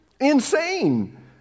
Insane